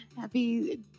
Happy